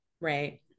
Right